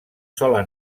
sola